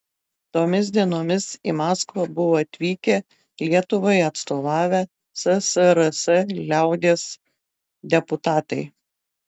tomis dienomis į maskvą buvo atvykę lietuvai atstovavę ssrs liaudies deputatai